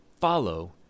follow